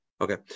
okay